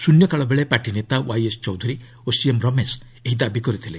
ଶିନ୍ୟକାଳବେଳେ party ନେତା Y S Chowdhury ଓ CM Ramesh ଏହି ଦାବି କରିଥିଲେ